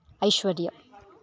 ऐश्वर्य